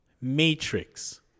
Matrix